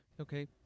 okay